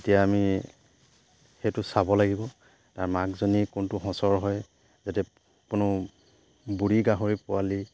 তেতিয়া আমি সেইটো চাব লাগিব তাৰ মাকজনী কোনটো সঁচৰ হয় যাতে কোনো বুঢ়ী গাহৰি পোৱালি